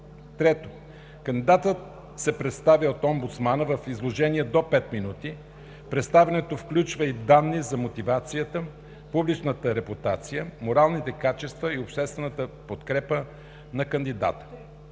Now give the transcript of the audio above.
3. Кандидатът се представя от омбудсмана в изложение до 5 минути. Представянето включва и данни за мотивацията, публичната репутация, моралните качества и обществената подкрепа за кандидата.